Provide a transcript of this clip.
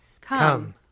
Come